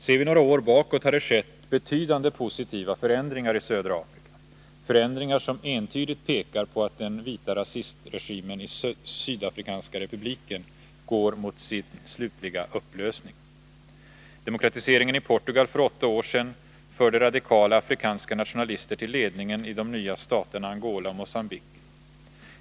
Ser vi några år bakåt har det skett betydande positiva förändringar i södra Afrika — förändringar som entydigt pekar mot att den vita rasistregimen i Sydafrikanska republiken går mot sin slutliga upplösning. Demokratiseringen i Portugal för åtta år sedan förde radikala afrikanska nationalister till ledningen i de nya staterna Angola och Mogambique.